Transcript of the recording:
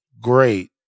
great